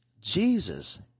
Jesus